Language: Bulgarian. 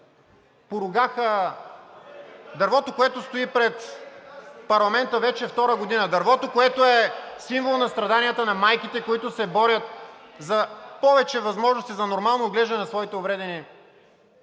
което стои пред парламента вече втора година – дървото, което е символ на страданията на майките, които се борят за повече възможности за нормално отглеждане на своите увредени,